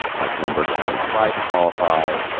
mike bloomberg has not even tried to qualify.